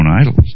idols